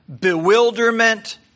bewilderment